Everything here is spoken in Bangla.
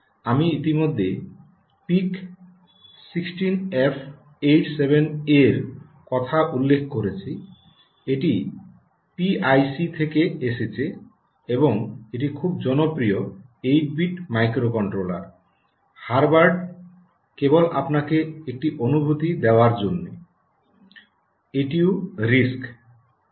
আমি ইতিমধ্যে PIC 16F87A কথা উল্লেখ করেছি এটি পিআইসি থেকে এসেছে এবং এটি খুব জনপ্রিয় 8 বিট মাইক্রোকন্ট্রোলার হার্ভার্ড কেবল আপনাকে একটি অনুভূতি দেওয়ার জন্য এটিও আরআইএসসি